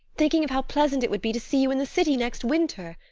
thinking of how pleasant it would be to see you in the city next winter.